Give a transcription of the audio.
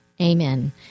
Amen